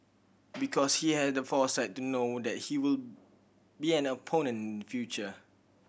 because he has the foresight to know that he will be an opponent in future